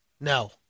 No